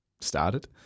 started